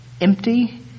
empty